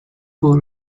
for